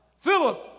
Philip